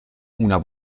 una